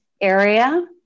area